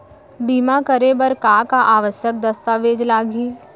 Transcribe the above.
बीमा करे बर का का आवश्यक दस्तावेज लागही